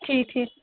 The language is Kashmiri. ٹھیٖک ٹھیٖک